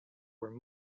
were